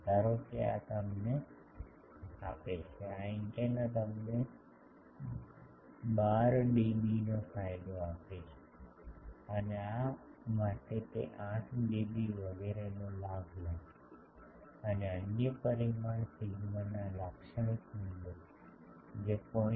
ધારો કે આ તમને આપે છે આ એન્ટેના તમને 12 ડીબીનો ફાયદો આપે છે અને આ માટે તે 8 ડીબી વગેરેનો લાભ આપે છે અને અન્ય પરિમાણ સિગ્માના લાક્ષણિક મૂલ્યો જે 0